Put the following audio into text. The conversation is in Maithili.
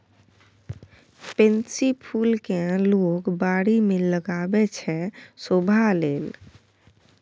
पेनसी फुल केँ लोक बारी मे लगाबै छै शोभा लेल